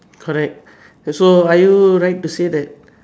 correct so are you right to say that